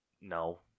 No